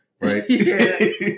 Right